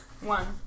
One